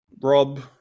Rob